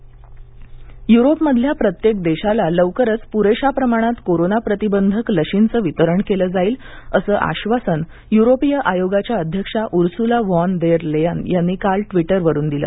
Europe लसीकरण युरोपमधल्या प्रत्येक देशाला लवकरच पुरेशा प्रमाणात कोरोना प्रतिबंधक लशींचं वितरण केलं जाईल असं आश्वासन युरोपीय आयोगाच्या अध्यक्षा उर्सुला व्हॉन देर लेयन यांनी काल ट्वीटरवरून दिलं